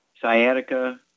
sciatica